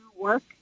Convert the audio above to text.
work